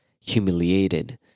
humiliated